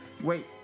wait